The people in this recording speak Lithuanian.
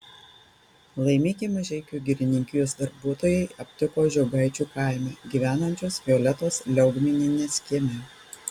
laimikį mažeikių girininkijos darbuotojai aptiko žiogaičių kaime gyvenančios violetos liaugminienės kieme